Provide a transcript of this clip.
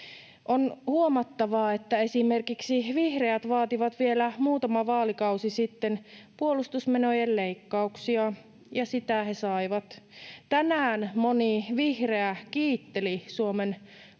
On huomattava, että esimerkiksi vihreät vaativat vielä muutama vaalikausi sitten puolustusmenojen leikkauksia, ja sitä he saivat. Tänään moni vihreä kiitteli Suomen